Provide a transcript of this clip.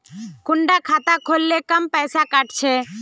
कुंडा खाता खोल ले कम पैसा काट छे?